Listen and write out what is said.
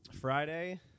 Friday